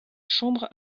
chambre